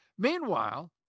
Meanwhile